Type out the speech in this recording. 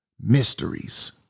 mysteries